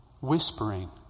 whispering